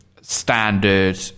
standard